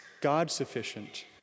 God-sufficient